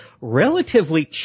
relatively